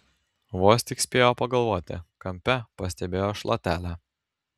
vos tik spėjo pagalvoti kampe pastebėjo šluotelę